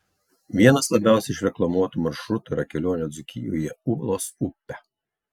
vienas labiausiai išreklamuotų maršrutų yra kelionė dzūkijoje ūlos upe